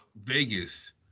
Vegas